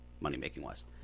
money-making-wise